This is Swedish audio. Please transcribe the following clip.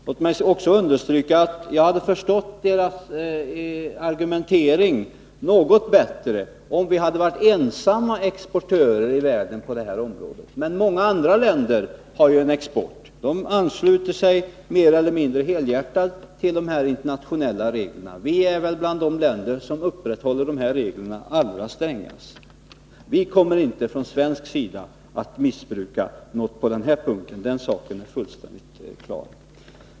Låt mig understryka att jag hade förstått argumenteringen något bättre, om vi hade varit ensamma som exportörer på det här området. Många andra länder har ju en export. De ansluter sig mer eller mindre helhjärtat till de internationella reglerna. Vi är väl ett av de länder som allra strängast upprätthåller reglerna. Från svensk sida kommer vi inte att missbruka dem — den saken är fullständigt klar.